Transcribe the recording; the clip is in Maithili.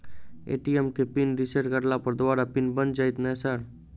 ए.टी.एम केँ पिन रिसेट करला पर दोबारा पिन बन जाइत नै सर?